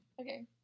Okay